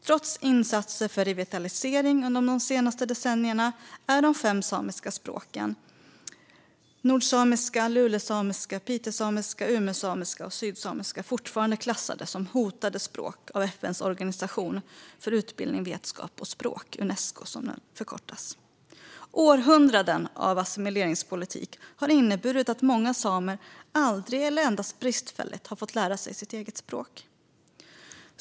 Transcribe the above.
Trots insatser för revitalisering under de senaste decennierna är de fem samiska språken nordsamiska, lulesamiska, pitesamiska, umesamiska och sydsamiska fortfarande klassade som hotade språk av Unesco, FN:s organisation för utbildning, vetenskap och språk. Århundraden av assimileringspolitik har inneburit att många samer aldrig eller endast bristfälligt har fått lära sig sitt eget språk.